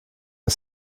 the